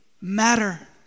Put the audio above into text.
matter